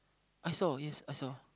I saw yes I saw